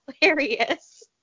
hilarious